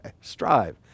strive